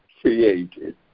created